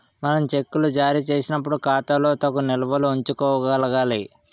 మనం చెక్కులు జారీ చేసినప్పుడు ఖాతాలో తగు నిల్వలు ఉంచుకోగలగాలి